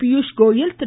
Piyush Goyal Thiru